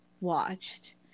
watched